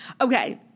Okay